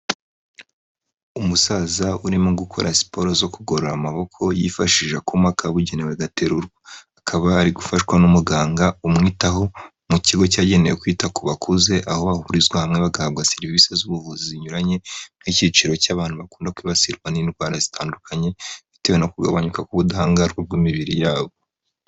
Umusaza urimo gukora siporo zo kugorora amaboko yifashishije akuma kabugenewe agaterurwa, akaba ari gufashwa n'umuganga umwitaho mu kigo cyagenewe kwita ku bakuze, aho bahurizwa hamwe bagahabwa serivisi z'ubuvuzi zinyuranye nk'icyiciro cy'abantu bakunda kwibasirwa n'indwara zitandukanye bitewe no kugagabanyuka k'ubudahangarwa bw'imibiri yabo.